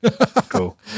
Cool